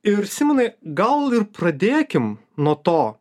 ir simonai gal ir pradėkim nuo to